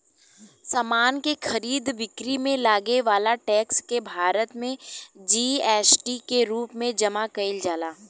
समान के खरीद बिक्री में लागे वाला टैक्स के भारत में जी.एस.टी के रूप में जमा कईल जाला